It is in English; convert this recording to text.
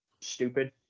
stupid